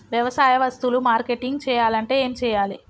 వ్యవసాయ వస్తువులు మార్కెటింగ్ చెయ్యాలంటే ఏం చెయ్యాలే?